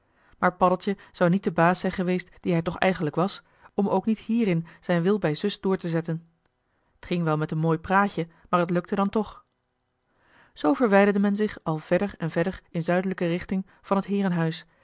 maar paddeltje zou niet de baas zijn geweest die hij toch eigenlijk was om ook niet hierin zijn wil bij zus door te zetten t ging wel met een mooi praatje maar het lukte dan toch zoo verwijderde men zich al verder en verder in zuidelijke richting van het heerenhuis